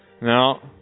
No